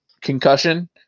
concussion